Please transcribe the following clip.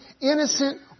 innocent